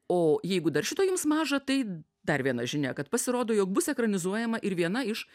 o jeigu dar šito jums maža tai dar viena žinia kad pasirodo jog bus ekranizuojama ir viena iš